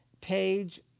page